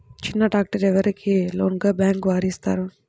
చిన్న ట్రాక్టర్ ఎవరికి లోన్గా బ్యాంక్ వారు ఇస్తారు?